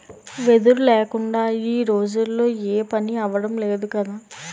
వెదురు లేకుందా ఈ రోజుల్లో ఏపనీ అవడం లేదు కదా